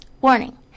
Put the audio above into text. Warning